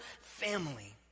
family